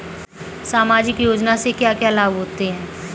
सामाजिक योजना से क्या क्या लाभ होते हैं?